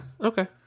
Okay